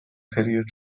پریود